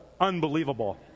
Unbelievable